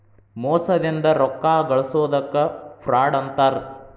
ಮೋಸದಿಂದ ರೊಕ್ಕಾ ಗಳ್ಸೊದಕ್ಕ ಫ್ರಾಡ್ ಅಂತಾರ